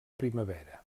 primavera